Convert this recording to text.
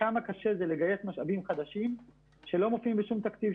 לגייס משאבים חדשים שלא מופיעים בשום תקציב,